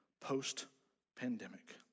post-pandemic